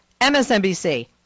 MSNBC